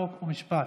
חוק ומשפט.